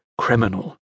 Criminal